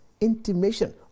intimation